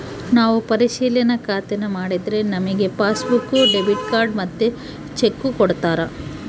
ನಾವು ಪರಿಶಿಲನಾ ಖಾತೇನಾ ಮಾಡಿದ್ರೆ ನಮಿಗೆ ಪಾಸ್ಬುಕ್ಕು, ಡೆಬಿಟ್ ಕಾರ್ಡ್ ಮತ್ತೆ ಚೆಕ್ಕು ಕೊಡ್ತಾರ